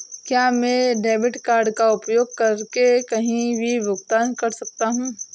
क्या मैं debit card का उपयोग करके कहीं भी भुगतान कर सकता हूं?